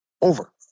Over